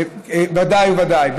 ודאי וודאי.